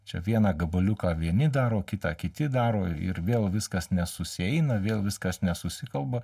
čia vieną gabaliuką vieni daro kitą kiti daro ir ir vėl viskas nesusieina vėl viskas nesusikalba